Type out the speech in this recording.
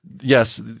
yes